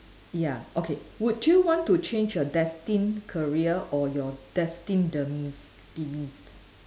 ya okay would you want to change your destined career or your destined demise demise